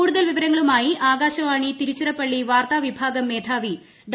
കൂടുതൽ വിവരങ്ങളുമായി ആക്ടാൾവാണി തിരുച്ചിറപ്പള്ളി വാർത്താ വിഭാഗം മേധാവി ഡോ